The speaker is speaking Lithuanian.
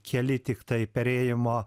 keli tiktai perėjimo